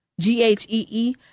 G-H-E-E